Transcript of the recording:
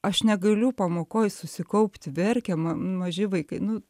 aš negaliu pamokoj susikaupti verkia na maži vaikai nu